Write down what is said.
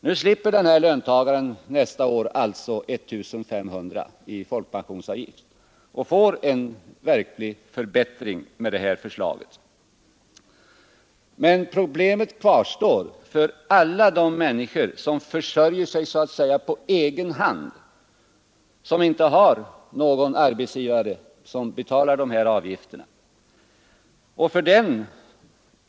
Nu slipper denna löntagare nästa år 1 500 kronor i folkpensionsavgift och får genom detta förslag en verklig förbättring. Men problemet kvarstår för alla de människor som försörjer sig på egen hand och inte har någon arbetsgivare som betalar folkpensionsavgiften.